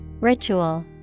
Ritual